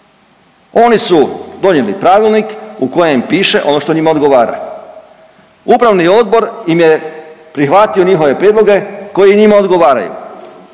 oni su donijeli pravilnik u kojem piše ono što njima odgovara. Upravni odbor im je prihvatio njihove prijedloge koji njima odgovaraju,